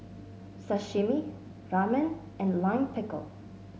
Sashimi Ramen and Lime Pickle